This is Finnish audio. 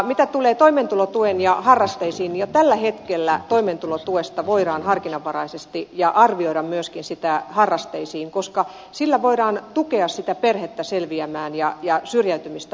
mitä tulee toimeentulotukeen ja harrasteisiin niin jo tällä hetkellä toimeentulotuesta voidaan harkinnanvaraisesti harrasteisiin myöntää ja arvioida myöskin sitä harrasteisiin liittyen koska sillä voidaan tukea sitä perhettä selviämään ja syrjäytymistä välttää